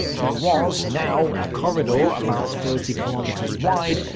there was now a corridor, about thirty kilometers wide,